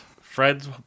Fred's